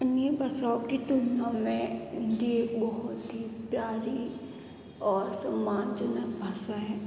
अन्य भाषाओं की तुलना में हिंदी एक बहुत ही प्यारी और सम्मानजनक भाषा है